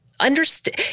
understand